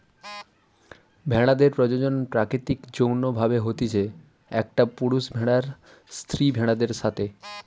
ভেড়াদের প্রজনন প্রাকৃতিক যৌন্য ভাবে হতিছে, একটা পুরুষ ভেড়ার স্ত্রী ভেড়াদের সাথে